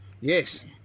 Yes